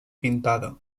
pintada